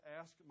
ask